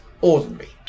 ordinary